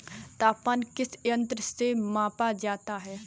तापमान किस यंत्र से मापा जाता है?